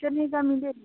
कितने की मिलेगी